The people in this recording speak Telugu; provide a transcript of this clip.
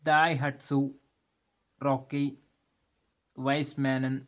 Daihatsu Rocky Weizmann